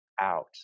out